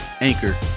anchor